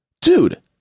dude